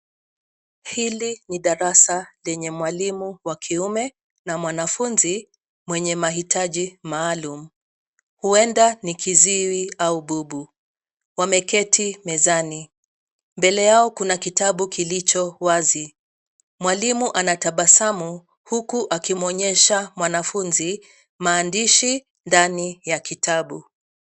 Hili ni darasa lenye mwalimu wa kiume na mwanafunzi mwenye mahitaji maalum. Huenda ni kiziwi au bubu. Wameketi mezani. Mbele yao kuna kitabu kilicho wazi. Mwalimu anatabasamu huku akimwonyesha mwanafunzi maandishi ndani ya kitabu.